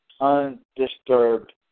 undisturbed